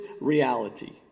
reality